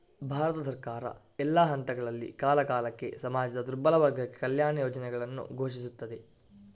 ಭಾರತ ಸರ್ಕಾರ, ಎಲ್ಲಾ ಹಂತಗಳಲ್ಲಿ, ಕಾಲಕಾಲಕ್ಕೆ ಸಮಾಜದ ದುರ್ಬಲ ವರ್ಗಕ್ಕೆ ಕಲ್ಯಾಣ ಯೋಜನೆಗಳನ್ನು ಘೋಷಿಸುತ್ತದೆ